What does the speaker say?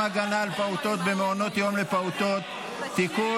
הגנה על פעוטות במעונות יום לפעוטות (תיקון,